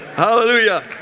hallelujah